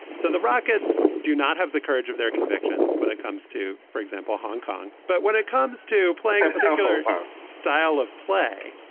so the rockets do not have the courage of their convictions when it comes to, for example, hong kong but when it comes to playing particular style of play,